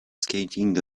skating